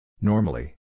Normally